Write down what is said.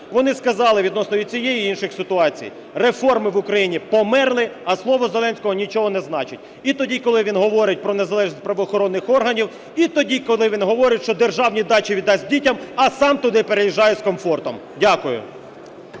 Вони сказали відносно цієї і інших ситуацій: реформи в Україні померли, а слово Зеленського нічого не значить. І тоді, коли він говорить про незалежність правоохоронних органів, і тоді, коли він говорить, що державні дачі віддасть дітям, а саме туди переїжджає з комфортом. Дякую.